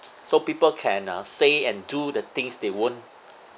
so people can uh say and do the things they won't